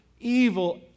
evil